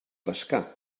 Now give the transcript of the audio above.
pescar